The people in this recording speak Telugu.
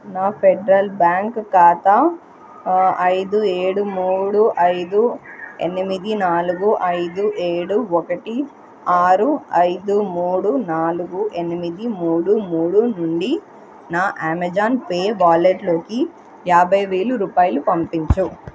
నా ఫెడరల్ బ్యాంక్ ఖాతా ఐదు ఏడు మూడు ఐదు ఎనిమిది నాలుగు ఐదు ఏడు ఒకటి ఆరు ఐదు మూడు నాలుగు ఎనిమిది మూడు మూడు నుండి నా ఆమెజాన్ పే వాలెట్లోకి యాభై వేలు రూపాయలు పంపించుము